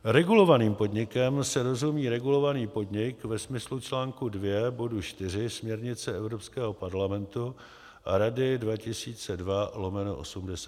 Regulovaným podnikem se rozumí regulovaný podnik ve smyslu článku 2 bodu 4 směrnice Evropského parlamentu a Rady 2002/87.